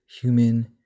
human